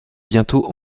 bientôt